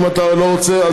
אם אתה לא רוצה,